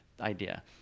idea